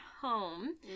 home